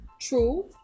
True